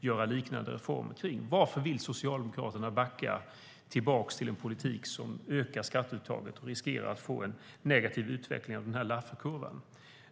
göra liknande reformer. Varför vill Socialdemokraterna backa tillbaka till en politik som ökar skatteuttaget och riskerar att vi får en negativ utveckling av Lafferkurvan?